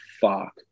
fuck